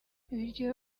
bityo